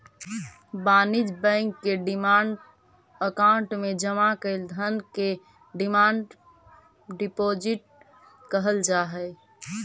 वाणिज्य बैंक के demand account में जमा कैल धन के डिमांड डिपॉजिट कहल जा हई